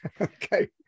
Okay